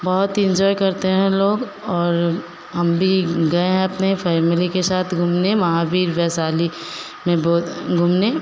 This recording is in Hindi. बहुत इन्जॉय करते हैं लोग और हम भी गए हैं अपने फैमिली के साथ घूमने महावीर वैशाली में बहुत घूमने